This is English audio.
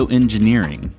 engineering